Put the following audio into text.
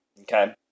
Okay